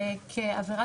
כמה?